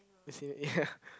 I see ya